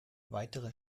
weitere